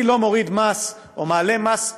אני לא מוריד מס או מעלה מס לשנה.